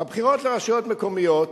בבחירות לרשויות מקומיות